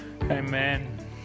Amen